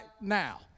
now